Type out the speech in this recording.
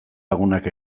lagunak